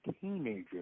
teenagers